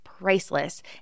priceless